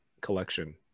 collection